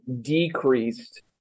decreased